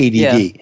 ADD